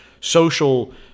social